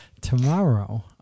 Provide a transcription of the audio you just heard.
Tomorrow